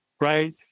right